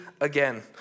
again